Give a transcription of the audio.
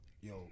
Yo